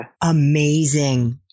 Amazing